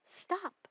stop